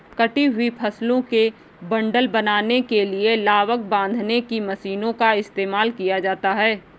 कटी हुई फसलों के बंडल बनाने के लिए लावक बांधने की मशीनों का इस्तेमाल किया जाता है